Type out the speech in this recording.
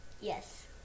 Yes